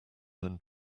than